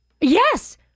Yes